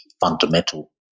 fundamental